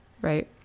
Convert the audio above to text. Right